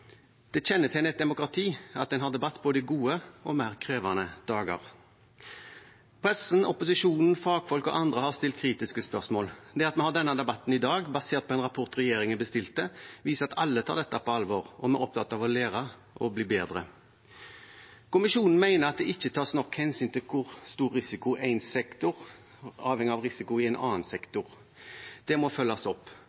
Det kjennetegner et demokrati at en har debatt i både gode og mer krevende dager. Pressen, opposisjonen, fagfolk og andre har stilt kritiske spørsmål. Det at vi har denne debatten i dag, basert på en rapport regjeringen bestilte, viser at alle tar dette på alvor, og vi er opptatt av å lære og bli bedre. Kommisjonen mener at det ikke tas nok hensyn til hvor stor risikoen i én sektor avhenger av risikoen i en annen